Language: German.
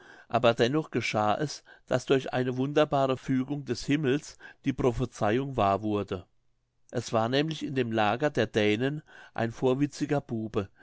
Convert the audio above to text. aber dennoch geschah es daß durch eine wunderbare fügung des himmels die prophezeihung wahr wurde es war nämlich in dem lager der dänen ein vorwitziger bube